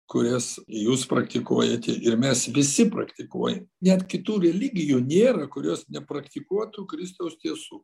kurias jūs praktikuojate ir mes visi praktikuojam net kitų religijų nėra kurios nepraktikuotų kristaus tiesų